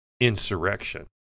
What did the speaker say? insurrection